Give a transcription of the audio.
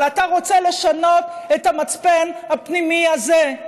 אבל אתה רוצה לשנות את המצפן הפנימי הזה,